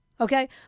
okay